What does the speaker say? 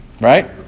right